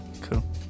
Cool